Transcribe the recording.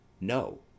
No